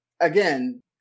again